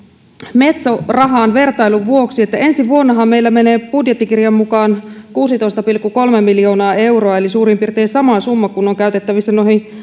metso rahaan vertailun vuoksi että ensi vuonnahan meillä menee budjettikirjan mukaan kuusitoista pilkku kolme miljoonaa euroa eli suurin piirtein sama summa kuin on käytettävissä